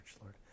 Lord